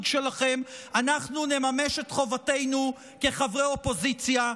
שלכם אנחנו נממש את חובתנו כחברי אופוזיציה,